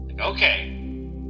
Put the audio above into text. Okay